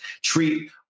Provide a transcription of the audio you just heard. treat